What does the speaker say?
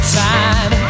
time